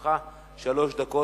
לרשותך שלוש דקות.